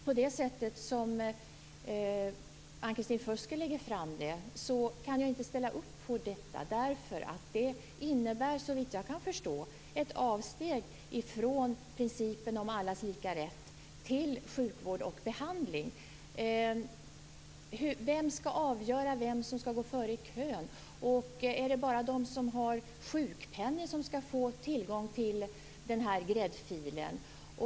På det sätt som Ann-Kristin Føsker lägger fram det kan jag inte ställa upp på detta, därför att det innebär såvitt jag kan förstå ett avsteg från principen om allas lika rätt till sjukvård och behandling. Vem skall avgöra vem som skall gå före i kön? Är det bara de som har sjukpenning som skall få tillgång till den här gräddfilen?